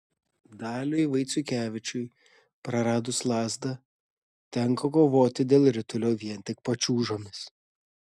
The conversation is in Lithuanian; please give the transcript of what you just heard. daliui vaiciukevičiui praradus lazdą tenka kovoti dėl ritulio vien tik pačiūžomis